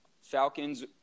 Falcons